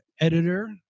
editor